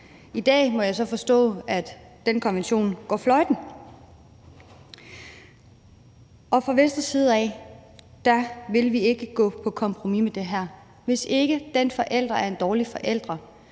I dag må jeg så forstå, at den konvention går fløjten. Fra Venstres side af vil vi ikke gå på kompromis med det her. Hvis ikke den forælder er en dårlig forælder,